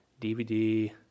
DVD